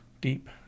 deep